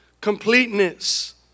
completeness